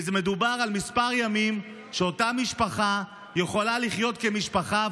מדובר בכמה ימים שבהם אותה המשפחה יכולה לחיות כמשפחה,